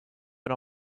but